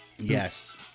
Yes